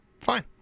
fine